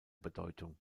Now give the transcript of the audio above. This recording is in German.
bedeutung